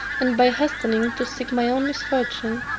and by hastening to seek my own misfortune,